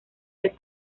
del